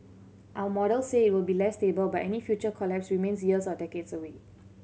our models say it will be less stable but any future collapse remains years or decades away